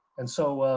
and so,